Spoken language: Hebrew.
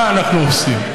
מה אנחנו עושים?